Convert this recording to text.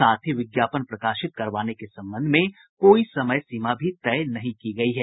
साथ ही विज्ञापन प्रकाशित करवाने के संबंध में कोई समय सीमा तय नहीं की गयी है